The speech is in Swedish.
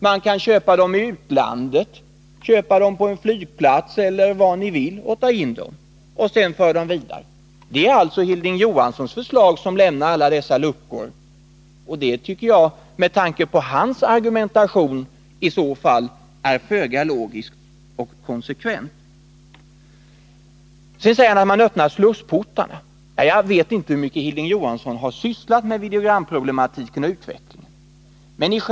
Man kan köpa dem i utlandet, köpa dem på en flygplats — eller var ni vill — och ta in dem i Sverige och sedan föra dem vidare. Det är alltså Hilding Johanssons förslag som lämnar alla dessa luckor, och det tycker jag, med tanke på hans argumentation, är föga logiskt. Sedan säger han att man öppnar slussportarna. Ja, jag vet inte hur mycket Hilding Johansson har sysslat med videogramproblematiken och utvecklingen på detta område.